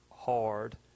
Hard